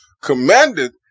commanded